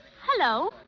Hello